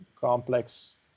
complex